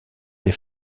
dans